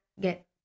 get